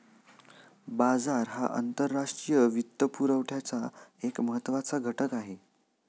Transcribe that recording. बाजार हा आंतरराष्ट्रीय वित्तपुरवठ्याचा एक महत्त्वाचा घटक आहे